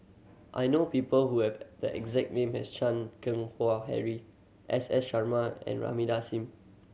I know people who have the exact name as Chan Keng Howe Harry S S Sarma and Rahimah Thing